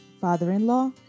father-in-law